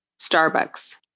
Starbucks